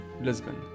Lisbon